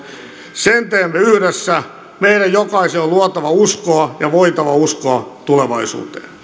sen teemme yhdessä meidän jokaisen on luotava uskoa ja voitava uskoa tulevaisuuteen